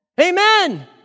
Amen